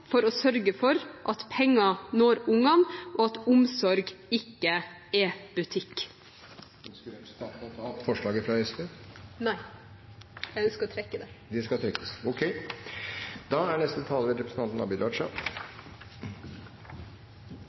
for å sørge for at penger når ungene, og at omsorg ikke er butikk. Ønsker representanten å ta opp forslaget fra SV? Nei, jeg ønsker å trekke det. Det skal trekkes. Ok.